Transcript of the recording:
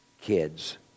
kids